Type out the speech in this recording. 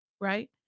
right